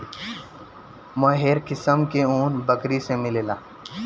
मोहेर किस्म के ऊन बकरी से मिलेला